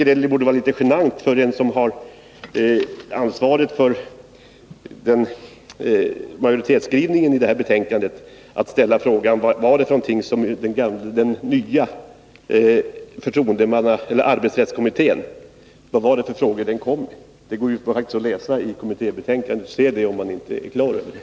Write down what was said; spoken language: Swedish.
Det borde vara litet genant för en som har ansvaret för majoritetsskrivningen i det här betänkandet att ställa frågan: Vad var det för frågor nya arbetsrättskommittén kom med? Det går faktiskt att läsa i kommittébetänkandet, om man inte har det klart för sig.